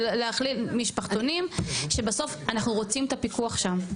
ולהכליל משפחתונים שבסוף אנחנו רוצים את הפיקוח שם,